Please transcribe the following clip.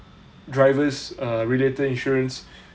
drivers uh related insurance